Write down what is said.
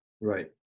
right